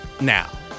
now